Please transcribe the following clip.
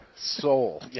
Soul